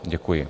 Děkuji.